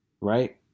right